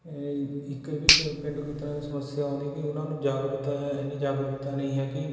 ਇੱਕ ਇਹ ਵੀ ਕਿ ਪੇਂਡੂ ਖੇਤਰਾਂ ਵਿੱਚ ਸਮੱਸਿਆ ਆਉਂਦੀ ਕਿ ਉਹਨਾਂ ਨੂੰ ਜਾਗਰੂਕਤਾ ਇੰਨੀ ਜਾਗਰੂਕਤਾ ਨਹੀਂ ਹੈ ਕਿ